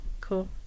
cool